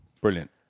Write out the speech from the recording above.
Brilliant